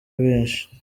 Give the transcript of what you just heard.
benshi